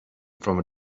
from